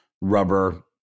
rubber